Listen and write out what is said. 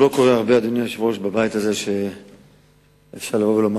לא קורה הרבה בבית הזה שאפשר לבוא ולומר